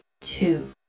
two